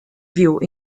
view